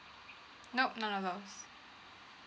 nope no no no